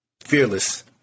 fearless